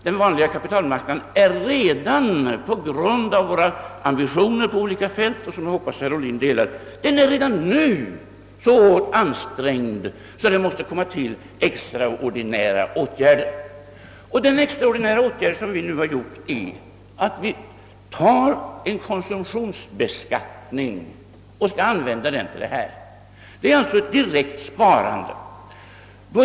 Den vanliga kapitalmarknaden är redan nu på grund av våra ambitioner — som jag hoppas att herr Ohlin delar — så hårt ansträngd, att extraordinära åtgärder måste till. Och den extraordinära åtgärd vi nu föreslagit är att öka konsumtionsbeskattningen och - använda medlen för detta ändamål. Det är sålunda ett direkt sparande.